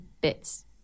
bits